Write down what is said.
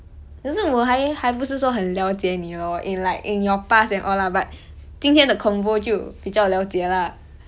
可是我还还不是说很了解你 lor in like in your past and all lah but 今天的 convo 就比较了解 lah